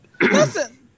listen